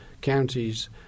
counties